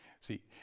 See